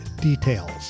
details